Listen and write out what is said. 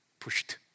Pushed